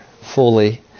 fully